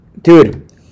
Dude